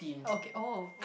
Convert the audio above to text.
okay oh